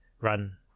run